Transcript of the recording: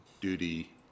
duty